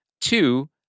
Two